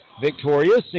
victorious